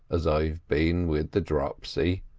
as i've been with the dropsy.